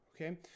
Okay